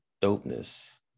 dopeness